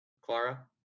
Clara